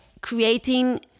creating